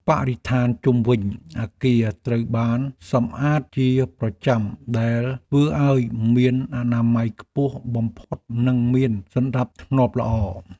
បរិស្ថានជុំវិញអគារត្រូវបានសម្អាតជាប្រចាំដែលធ្វើឱ្យមានអនាម័យខ្ពស់បំផុតនិងមានសណ្តាប់ធ្នាប់ល្អ។